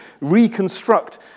reconstruct